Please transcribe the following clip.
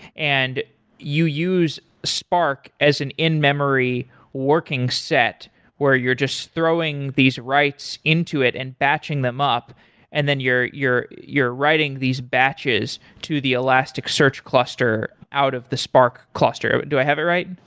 and you use spark as an in-memory working set where you're just throwing these writes into it and batching them up and then you're you're writing these batches to the elasticsearch cluster out of the spark cluster but do i have it right?